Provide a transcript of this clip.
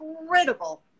incredible